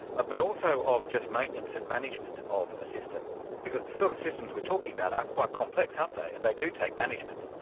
ah but also of just maintenance and management of a system. because the sort of systems we are talking about are quite complex, aren't they, and they do take management.